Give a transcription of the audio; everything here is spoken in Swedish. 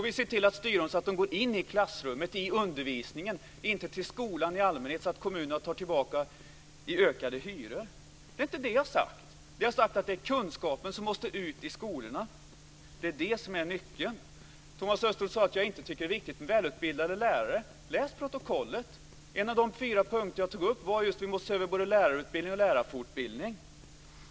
Vi ser till att styra dem, så att de går in i klassrummet och i undervisningen i stället för till skolan i allmänhet. Kommunerna ska inte ta tillbaka pengarna i ökade hyror. Det är inte det jag har sagt. Vi har sagt att det är kunskapen som måste ut i skolorna. Det är det som är nyckeln. Thomas Östros sade att jag inte tycker att det är viktigt med välutbildade lärare. Läs protokollet! En av de fyra punkter jag tog upp var just att vi måste se över både lärarutbildning och lärarfortbildning.